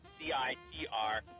C-I-T-R